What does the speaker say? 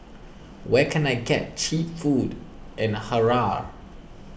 where can I get Cheap Food in Harare